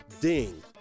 Ding